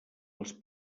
les